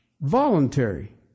voluntary